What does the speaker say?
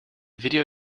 video